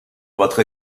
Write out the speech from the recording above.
votre